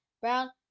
Brown